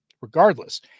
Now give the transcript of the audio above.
Regardless